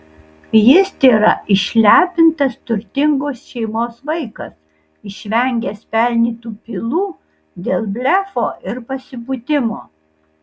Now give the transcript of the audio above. jis tėra išlepintas turtingos šeimos vaikas išvengęs pelnytų pylų dėl blefo ir pasipūtimo